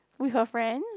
with her friends